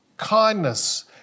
kindness